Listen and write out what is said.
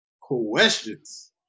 questions